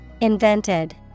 Invented